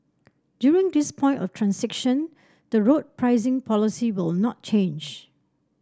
during this point of the road pricing policy will not change